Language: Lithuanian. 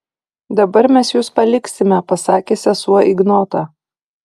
dabar mes jus paliksime pasakė sesuo ignotą